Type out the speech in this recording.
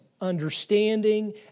understanding